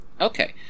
Okay